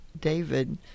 David